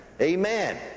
Amen